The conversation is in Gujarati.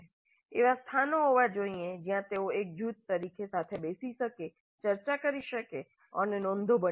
એવા સ્થાનો હોવા જોઈએ જ્યાં તેઓ એક જૂથ તરીકે સાથે બેસી શકે ચર્ચા કરી શકે અને નોંધો બનાવી શકે